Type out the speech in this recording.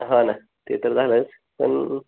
हा ना ते तर झालंच पण